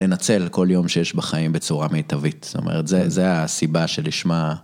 לנצל כל יום שיש בחיים בצורה מיטבית, זאת אומרת, זה הסיבה שלשמה.